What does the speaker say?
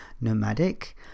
nomadic